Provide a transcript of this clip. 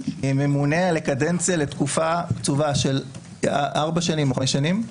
ממונה על הקדנציה לתקופה קצובה של ארבע או חמש שנים,